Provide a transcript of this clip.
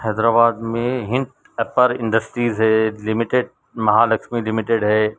حیدر آباد میں ہند اپر انڈسٹریز ہے لمٹیڈ مہالکشمی لمٹیڈ ہے